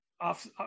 off